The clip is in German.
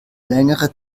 längere